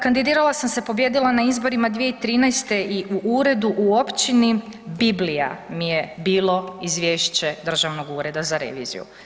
Kandidirala sam se, pobijedila na izborima 2013. i u uredu u općini Biblija mi je bilo Izvješće Državnog ureda za reviziju.